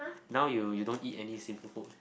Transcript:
now you you don't eat any sinful food